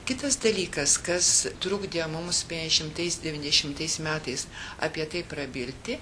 kitas dalykas kas trukdė mums penkiasdešimtais devyniasdešimtais metais apie tai prabilti